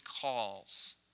calls